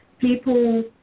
people